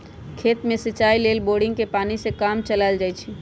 खेत में सिचाई लेल बोड़िंगके पानी से काम चलायल जाइ छइ